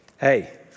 Hey